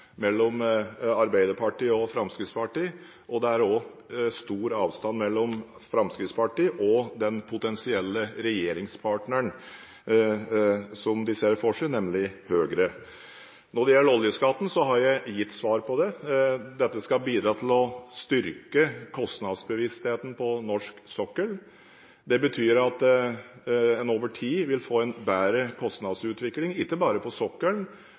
mellom Arbeiderpartiet og Fremskrittspartiet, og det er også stor avstand mellom Fremskrittspartiet og den potensielle regjeringspartneren som de ser for seg, nemlig Høyre. Når det gjelder oljeskatten, har jeg gitt svar på det. Dette skal bidra til å styrke kostnadsbevisstheten på norsk sokkel. Det betyr at en over tid vil få en bedre kostnadsutvikling ikke bare på sokkelen.